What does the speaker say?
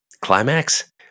climax